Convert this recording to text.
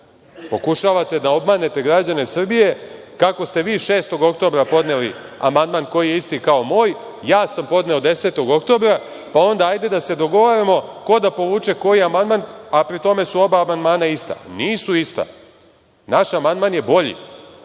Pokušavate da obmanete građane Srbije kako ste vi 6. oktobra podneli amandman koji je isti kao moj. Ja sam podneo 10. oktobra. Pa onda, hajde da se dogovaramo ko da povuče koji amanmdan, a pri tome su oba amandmana ista. Nisu ista. Naš amandman je bolji.